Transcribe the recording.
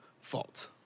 fault